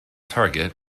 target